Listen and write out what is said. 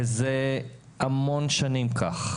וזה המון שנים כך.